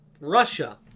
Russia